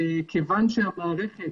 כיוון שהמערכת,